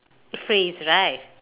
phrase right